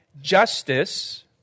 justice